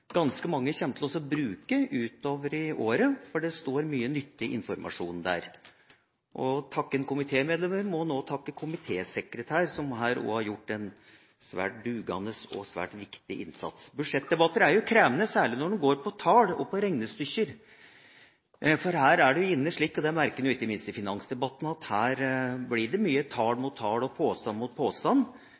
ganske mange kommer til å bruke utover i året, for det står mye nyttig informasjon der. Takker en komitemedlemmene, må en også takke komitésekretæren, som også har gjort en svært dugandes og svært viktig innsats! Budsjettdebatter er krevende, særlig når det går på tall og på regnestykker, for her er du inne slik. Det merker vi jo ikke minst i finansdebatten, at her blir det mye tall mot tall og påstand mot påstand,